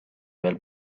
veel